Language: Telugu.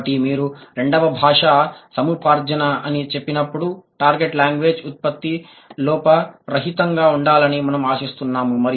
కాబట్టి మీరు రెండవ భాషా సముపార్జన అని చెప్పినప్పుడు టార్గెట్ లాంగ్వేజ్ ఉత్పత్తి లోప రహితంగా ఉండాలని మనము ఆశిస్తున్నాము